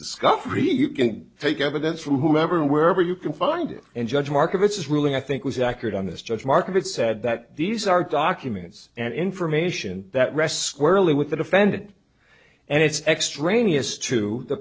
discovery you can fake evidence from whomever wherever you can find it and judge markets is really i think was accurate on this judge market said that these are documents and information that rests squarely with the defendant and it's extraneous to the